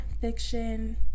fiction